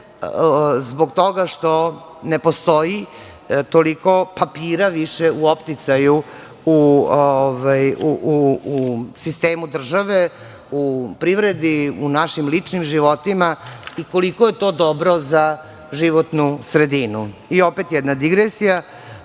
zbog toga što ne postoji toliko papira više u opticaju u sistemu države, u privredi, u našim ličnim životima i koliko je to dobro za životnu sredinu. Opet jedna digresija.